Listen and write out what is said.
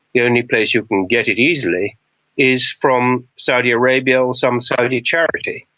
the only place you can get it easily is from saudi arabia or some saudi charity.